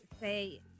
say